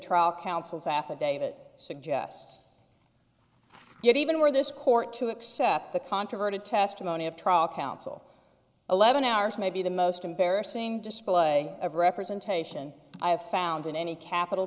trial counsel's affidavit suggests yet even where this court to accept the controverted testimony of trial counsel eleven hours may be the most embarrassing display of representation i have found in any capital